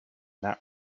that